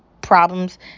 problems